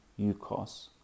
UCOS